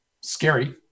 Scary